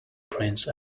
prince